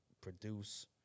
produce